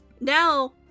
Now